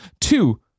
two